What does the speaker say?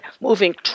moving